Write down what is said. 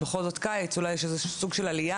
בכל זאת קיץ, אולי יש סוג של עלייה.